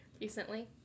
recently